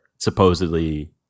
supposedly